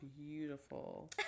beautiful